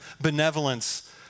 benevolence